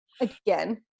again